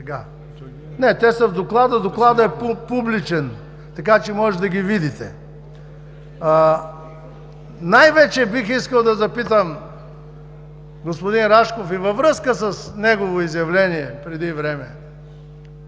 Не, те са в Доклада. Докладът е публичен, така че можете да ги видите. Най-вече бих искал да запитам господин Рашков и във връзка с негово изявление преди време,